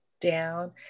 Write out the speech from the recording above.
down